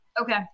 Okay